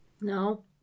No